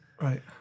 Right